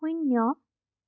শূন্য